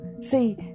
See